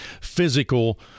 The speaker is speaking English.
physical